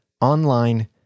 online